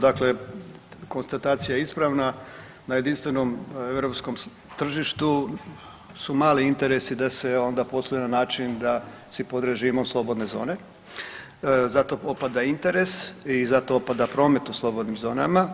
Dakle, konstatacija je ispravna, na jedinstvenom europskom tržištu su mali interesi da se onda posluje na način da si … slobodne zone, zato opada interes i zato opada promet u slobodnim zonama.